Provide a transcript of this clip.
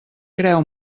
creu